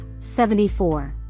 74